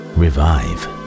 revive